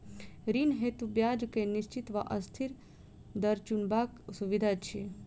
ऋण हेतु ब्याज केँ निश्चित वा अस्थिर दर चुनबाक सुविधा अछि